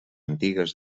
antigues